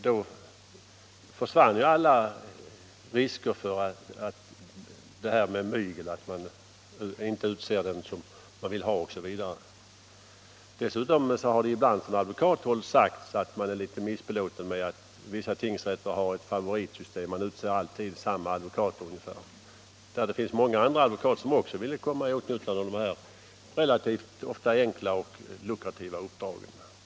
Därigenom skulle allt tal om ”mygel” och kritiken att den anklagade inte fått den försvarare han ville ha försvinna. Från advokathåll har man också ibland varit missbelåten med att vissa tingsrätter har ett system med favoriter; man utser alltid ungefär samma advokater som försvarare. Det finns också många andra advokater som vill ha det många gånger enkla och lukrativa uppdraget som försvarare.